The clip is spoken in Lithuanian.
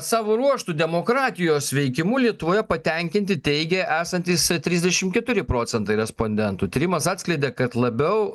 savo ruožtu demokratijos veikimu lietuvoje patenkinti teigė esantys trisdešim keturi procentai respondentų tyrimas atskleidė kad labiau